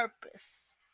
purpose